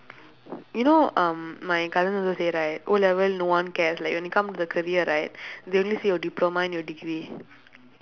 you know um my cousin also say right O level no one cares like when it comes to the career right they only see your diploma and your degree